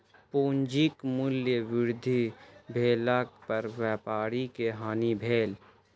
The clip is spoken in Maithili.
पूंजीक मूल्य वृद्धि भेला पर व्यापारी के हानि भेल